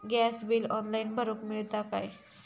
Gas bill online भरुक मिळता काय?